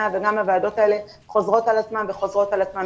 וגם הוועדות האלה חוזרות על עצמן וחוזרות על עצמן.